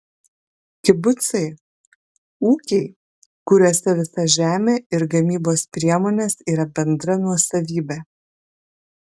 kibucai ūkiai kuriuose visa žemė ir gamybos priemonės yra bendra nuosavybė